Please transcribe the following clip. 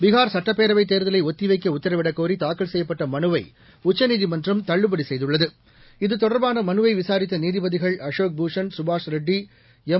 பீகார் சுட்டப்பேரவை தேர்தலை ஒத்தி வைக்க உத்தரவிடக் கோரி தாக்கல் செய்யப்பட்ட மனுவை உச்சநீதிமன்றம் தள்ளுபடி செய்துள்ளது இதுதொடர்பான மனுவை விசாரித்த நீதிபதிகள் அசோக் பூஷன் சுபாஷ் ரெட்டி எம்